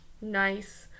nice